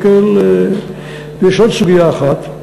יש עוד סוגיה אחת,